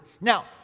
Now